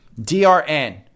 DRN